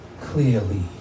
clearly